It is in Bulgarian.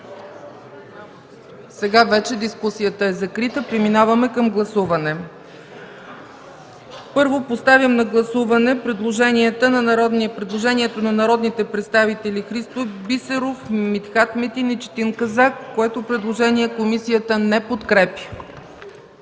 Сега вече дискусията е закрита, преминаваме към гласуване. Първо поставям на гласуване предложението на народните представители Христо Бисеров, Митхат Метин и Четин Казак, което комисията не подкрепя.